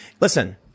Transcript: Listen